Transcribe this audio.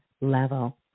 level